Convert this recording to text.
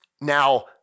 now